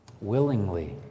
willingly